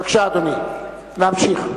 בבקשה, אדוני, להמשיך.